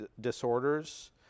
disorders